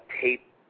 tape